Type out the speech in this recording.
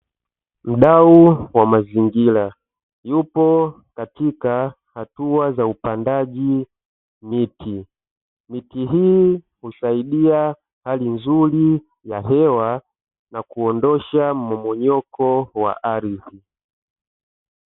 Mdau wa mazingira, yupo katika hatua za upandaji miti. Miti hii husaidia hali nzuri ya hewa na kuondosha mmomonyoko wa ardhi.